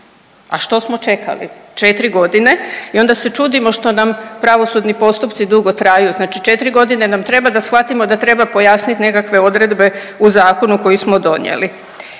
a što smo čekali 4.g. i onda se čudimo što nam pravosudni postupci dugo traju, znači 4.g. nam treba da shvatimo da treba pojasnit nekakve odredbe u zakonu koji smo donijeli.